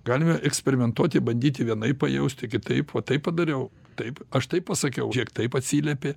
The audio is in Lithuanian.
galime eksperimentuoti bandyti vienaip pajausti kitaip va taip padariau taip aš taip pasakiau žėk taip atsiliepė